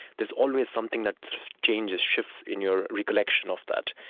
there's always something that changes, shifts, in your recollection of that